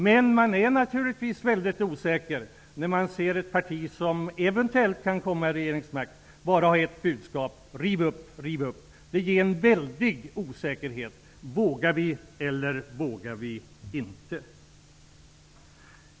Men man är naturligtvis väldigt osäker när man ser att ett parti som eventuellt kan komma till regeringsmakten bara har ett budskap: Riv upp, riv upp. Det ger en väldig osäkerhet: Vågar vi eller vågar vi inte?